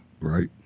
Right